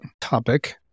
topic